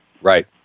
right